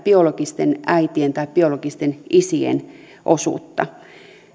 biologisten äitien tai biologisten isien osuutta